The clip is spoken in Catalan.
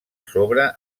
sobre